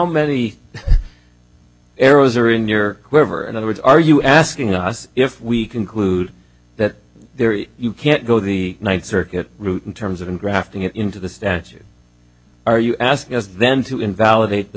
many arrows are in your quiver in other words are you asking us if we conclude that there you can't go the ninth circuit route in terms of grafting it into the statute are you asking them to invalidate the